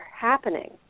happening